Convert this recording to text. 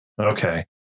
Okay